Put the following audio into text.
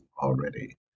already